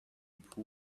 pool